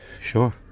sure